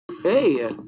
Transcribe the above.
Hey